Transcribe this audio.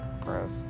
Gross